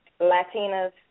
Latinas